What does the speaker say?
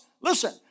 Listen